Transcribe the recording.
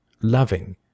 loving